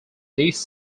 this